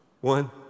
one